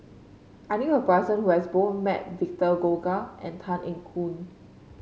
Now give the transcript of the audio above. I knew a person who has both met Victor Doggett and Tan Eng Yoon